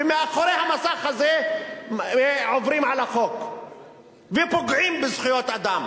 ומאחורי המסך הזה עוברים על החוק ופוגעים בזכויות האדם.